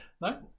No